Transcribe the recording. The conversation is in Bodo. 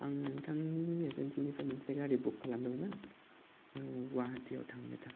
आं नोंथांनि एजेन्सि निफ्राय मोनसे गारि बुक खालामदोंमोन गुवाहाटिआव थांनो थाखाय